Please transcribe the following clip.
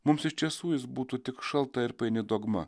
mums iš tiesų jis būtų tik šalta ir paini dogma